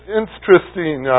interesting